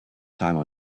time